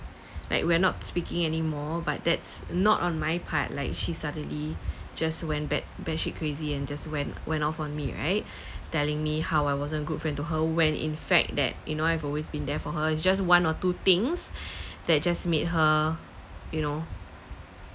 like we are not speaking anymore but that's not on my part like she suddenly just went bat bat shit crazy and just went went off on me right telling me how I wasn't good friend to her when in fact that you know I've always been there for her it's just one or two things that just made her you know